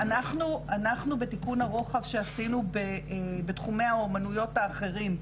אנחנו בתיקון הרוחב שעשינו בתחומי האומנויות האחרים,